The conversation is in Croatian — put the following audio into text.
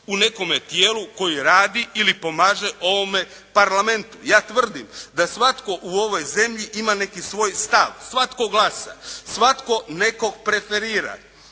u nekome tijelu koje radi ili pomaže ovome parlamentu. Ja tvrdim da svatko u ovoj zemlji ima neki svoj stav. Svatko glasa. Svatko nekog preferira.